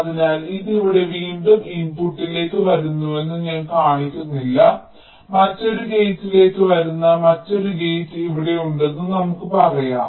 അതിനാൽ ഇത് ഇവിടെ വീണ്ടും ഇൻപുട്ടിലേക്ക് വരുന്നുവെന്ന് ഞാൻ കാണിക്കുന്നില്ല മറ്റൊരു ഗേറ്റിലേക്ക് വരുന്ന മറ്റൊരു ഗേറ്റ് ഇവിടെയുണ്ടെന്ന് നമുക്ക് പറയാം